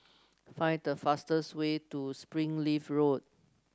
find the fastest way to Springleaf Road